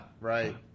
right